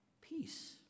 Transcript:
Peace